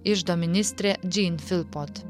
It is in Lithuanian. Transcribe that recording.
iždo ministrė džein filpot